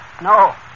No